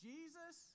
Jesus